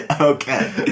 Okay